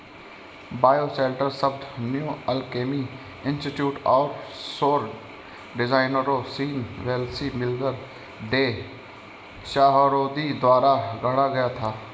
bioshelter शब्द New Alchemy Institute और सौर डिजाइनरों Sean Wellesley Miller, Day Chahroudi द्वारा गढ़ा गया था